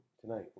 tonight